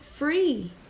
free